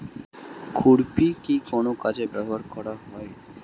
খুরপি কি কোন কাজে ব্যবহার করা হয়?